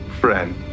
Friend